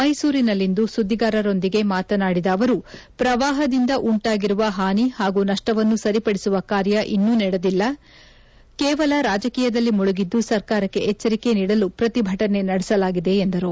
ಮೈಸೂರಿನಲ್ಲಿಂದು ಸುದ್ದಿಗಾರರೊಂದಿಗೆ ಮಾತನಾಡಿದ ಅವರು ಪ್ರವಾಹದಿಂದ ಉಂಟಾಗಿರುವ ಹಾನಿ ಹಾಗೂ ನಷ್ವವನ್ನು ಸರಿಪಡಿಸುವ ಕಾರ್ಯ ಇನ್ನು ನಡೆದಿಲ್ಲ ಕೇವಲ ರಾಜಕೀಯದಲ್ಲಿ ಮುಳುಗಿದ್ದು ಸರ್ಕಾರಕ್ಕೆ ಎಚ್ಚರಿಕೆ ನೀಡಲು ಪ್ರತಿಭಟನೆ ನಡೆಸಲಾಗಿದೆ ಎಂದರು